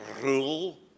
rule